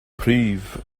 prif